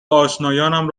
آشنایانم